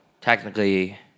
technically